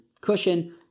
cushion